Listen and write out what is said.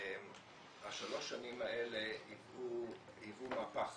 שלוש השנים האלה היוו מהפך